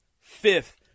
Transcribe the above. fifth